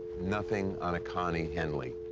nothing on a connie henly.